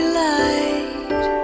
light